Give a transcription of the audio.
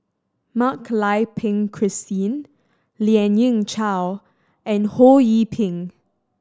Mak Lai Peng Christine Lien Ying Chow and Ho Yee Ping